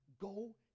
Go